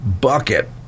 bucket